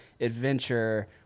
adventure